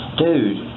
dude